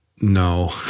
No